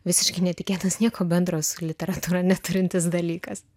visiškai netikėtas nieko bendro su literatūra neturintis dalykas